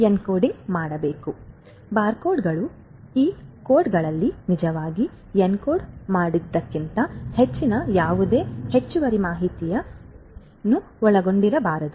ಆದ್ದರಿಂದ ಬಾರ್ಕೋಡ್ಗಳು ಈ ಕೋಡ್ಗಳಲ್ಲಿ ನಿಜವಾಗಿ ಎನ್ಕೋಡ್ ಮಾಡಿದ್ದಕ್ಕಿಂತ ಹೆಚ್ಚಿನ ಯಾವುದೇ ಹೆಚ್ಚುವರಿ ಮಾಹಿತಿಯನ್ನು ಒಳಗೊಂಡಿರಬಾರದು